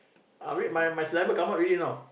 ah wait my my saliva come out already now